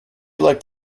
liked